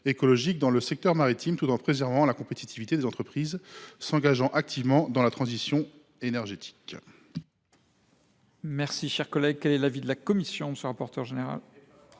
dans le secteur maritime, tout en préservant la compétitivité des entreprises qui s’engagent activement dans la transition énergétique.